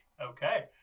Okay